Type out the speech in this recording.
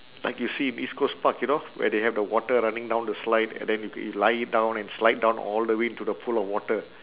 like you see in east coast park you know where they have the water running down the slide and then you lie down and slide down all the way into the pool of water